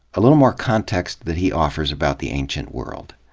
a little more context that he offers about the ancient world.